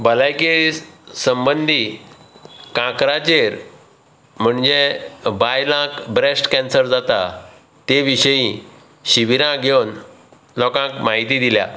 भलायके संबंदीत कांक्राचेर म्हणजे बायलांक ब्रॅस्ट कॅन्सर जाता ते विशयी शिबीरां घेवन लोकांक म्हायती दिल्या